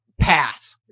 Pass